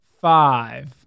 five